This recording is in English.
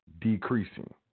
decreasing